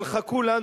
אבל חכו לנו,